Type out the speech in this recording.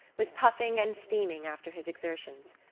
was puffing and steaming after his exertions.